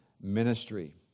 ministry